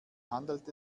handelt